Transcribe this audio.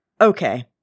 Okay